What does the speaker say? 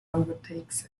overtakes